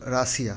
Russia